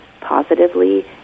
positively